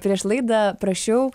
prieš laidą prašiau